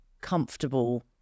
comfortable